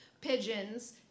pigeons